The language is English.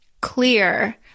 clear